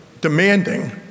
demanding